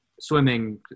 swimming